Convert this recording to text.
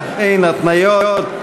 אין התניות.